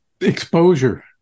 exposure